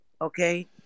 Okay